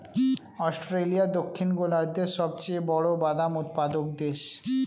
Australia দক্ষিণ গোলার্ধের সবচেয়ে বড় বাদাম উৎপাদক দেশ